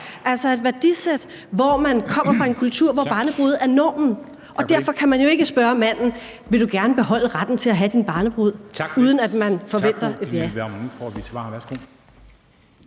altså et værdisæt, som kommer fra en kultur, hvor barnebrude er normen. Derfor kan man jo ikke spørge manden: Vil du gerne beholde retten til at have din barnebrud, uden at man forventer et ja. Kl. 16:18 Formanden (Henrik